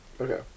Okay